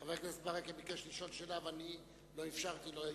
חבר הכנסת ברכה ביקש לשאול שאלה ואני לא אפשרתי לו.